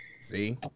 See